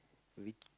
weak